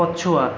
ପଛୁଆ